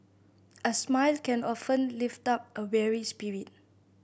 a smile can often lift up a weary spirit